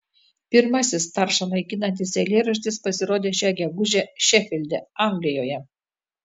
pirmasis taršą naikinantis eilėraštis pasirodė šią gegužę šefilde anglijoje